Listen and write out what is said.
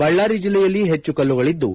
ಬಳ್ಳಾರಿ ಜಿಲ್ಲೆಯಲ್ಲಿ ಹೆಚ್ಚು ಕಲ್ಲುಗಳದ್ದು